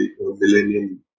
millennium